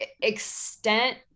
extent